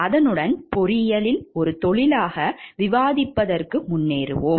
இதனுடன் பொறியியல் ஒரு தொழிலாக விவாதத்திற்கு முன்னேறுவோம்